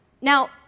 Now